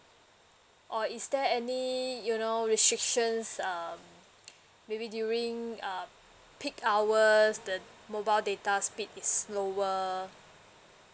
or is there any you know restrictions um maybe during um peak hours the mobile data speed is slower